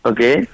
Okay